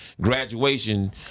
Graduation